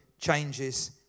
changes